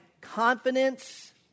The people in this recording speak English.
confidence